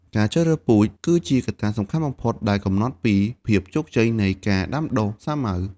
ការជ្រើសរើសពូជគឺជាកត្តាសំខាន់បំផុតដែលកំណត់ពីភាពជោគជ័យនៃការដាំដុះសាវម៉ាវ។